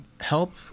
help